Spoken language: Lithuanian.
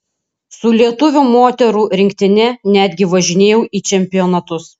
su lietuvių moterų rinktine netgi važinėjau į čempionatus